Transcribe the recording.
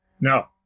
No